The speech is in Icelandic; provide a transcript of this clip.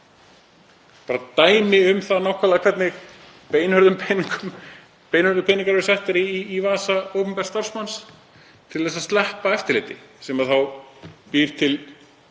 bara dæmi um það nákvæmlega hvernig beinharðir peningar eru settir í vasa opinbers starfsmanns til að sleppa eftirliti, sem býr þá til